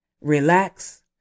relax